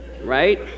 right